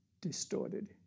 distorted